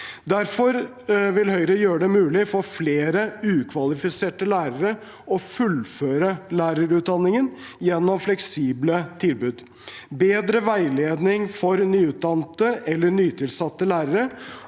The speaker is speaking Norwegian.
Derfor vil Høyre gjøre det mulig for flere ukvalifiserte lærere å fullføre lærerutdanningen gjennom fleksible tilbud, bedre veiledningen for nyutdannede eller nyansatte lærere